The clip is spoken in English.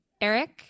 Eric